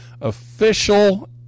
official